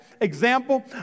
Example